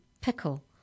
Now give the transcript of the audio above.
pickle